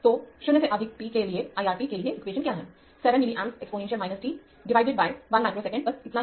तो 0 से अधिक t के लिए I R t के लिए एक्वेशन क्या है 7 milliamps exponential t divided 1 microsecond बस इतना ही